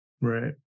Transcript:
Right